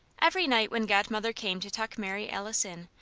every night when godmother came to tuck mary alice in,